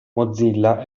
mozilla